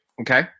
Okay